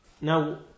Now